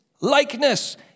likeness